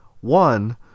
One